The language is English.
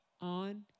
on